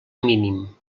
mínim